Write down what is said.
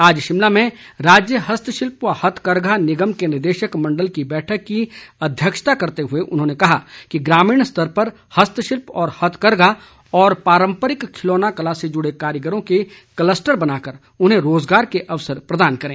आज शिमला में राज्य हस्तशिल्प व हथकरघा निगम के निदेशक मंडल की बैठक की अध्यक्षता करते हुए उन्होंने कहा कि ग्रामीण स्तर पर हस्तशिल्प व हथकरघा और पारंपरिक खिलौना कला से जूड़े कारीगरों के कलस्टर बनाकर उन्हें रोजगार के अवसर प्रदान करें